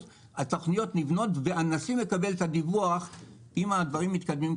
התוכניות נבנות והנשיא מקבל את הדיווח אם הדברים מתקדמים,